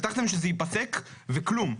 הבטחתם שזה ייפסק, וכלום.